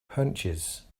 hunches